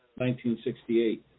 1968